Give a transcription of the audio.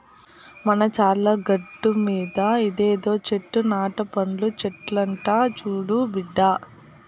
మన చర్ల గట్టుమీద ఇదేదో చెట్టు నట్ట పండు చెట్లంట చూడు బిడ్డా